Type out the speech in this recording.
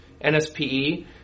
NSPE